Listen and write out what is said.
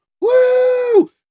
Woo